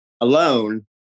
alone